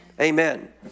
Amen